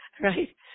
Right